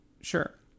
sure